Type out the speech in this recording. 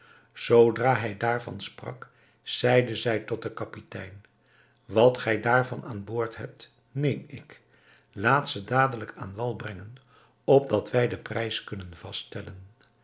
zoodra hij daarvan sprak zeide zij tot den kapitein wat gij daarvan aan boord hebt neem ik laat ze dadelijk aan wal brengen opdat wij den prijs kunnen vaststellen